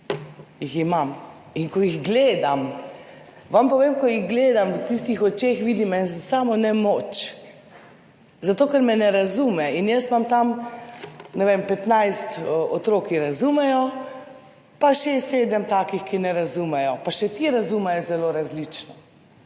jih imam. In ko jih gledam, vam povem, da v tistih očeh vidim eno samo nemoč, zato ker me ne razume. In jaz imam tam, ne vem, 15 otrok, ki razumejo, pa 6, 7 takih, ki ne razumejo, pa še ti razumejo zelo različno.